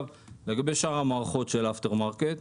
לגבי שאר המערכות של ה-after market,